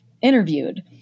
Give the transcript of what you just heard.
interviewed